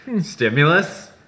stimulus